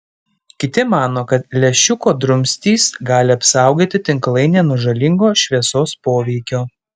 kiti mano kad lęšiuko drumstys gali apsaugoti tinklainę nuo žalingo šviesos poveikio